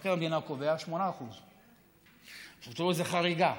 מבקר המדינה קובע: 8%. עכשיו תראו, זו חריגה.